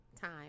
time